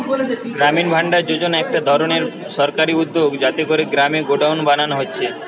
গ্রামীণ ভাণ্ডার যোজনা একটা ধরণের সরকারি উদ্যগ যাতে কোরে গ্রামে গোডাউন বানানা হচ্ছে